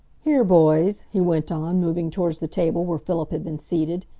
here, boys, he went on, moving towards the table where philip had been seated,